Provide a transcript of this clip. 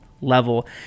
level